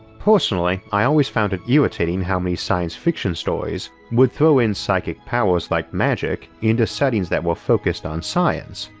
personally i always found it irritating how many science fiction stories would throw in psychic powers like magic into settings that were focused on science,